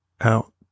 out